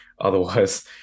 otherwise